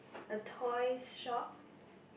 the toy shop